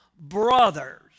brothers